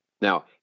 Now